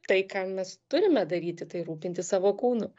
tai ką mes turime daryti tai rūpintis savo kūnu